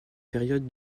période